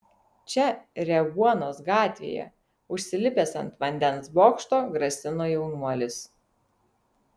čia revuonos gatvėje užsilipęs ant vandens bokšto grasino jaunuolis